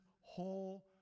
whole